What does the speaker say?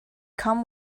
come